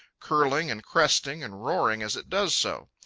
curling and cresting and roaring as it does so.